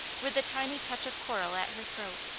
with the tiny touch of coral at her throat,